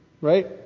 right